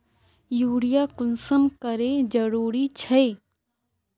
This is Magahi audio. यूरिया कुंसम करे जरूरी छै?